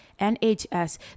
NHS